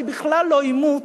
אולי בכלל לא עימות,